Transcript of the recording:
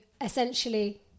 essentially